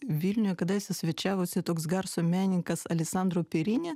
vilniuje kadaise svečiavosi toks garso menininkas alisandro pirini